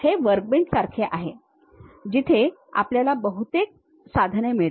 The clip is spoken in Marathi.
हे वर्कबेंच सारखे आहे जिथे आपल्याला बहुतेक साधने मिळतात